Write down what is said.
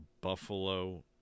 Buffalo